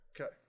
Okay